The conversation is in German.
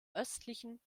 östlichen